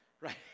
right